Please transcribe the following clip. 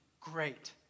great